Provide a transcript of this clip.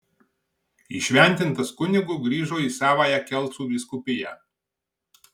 įšventintas kunigu grįžo į savąją kelcų vyskupiją